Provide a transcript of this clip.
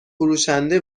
فروشنده